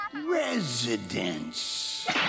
Residence